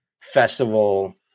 festival